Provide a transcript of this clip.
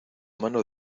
mano